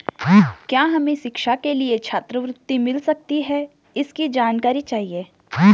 क्या हमें शिक्षा के लिए छात्रवृत्ति मिल सकती है इसकी जानकारी चाहिए?